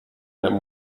that